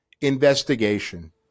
investigation